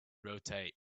rotate